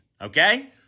okay